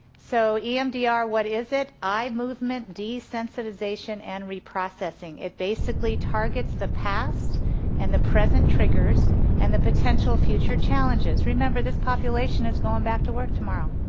so emdr what is it? eye movement desensitization, and reprocessing. it basically targets the past and the present triggers and the potential future challenges. remember this population is going back to work tomorrow.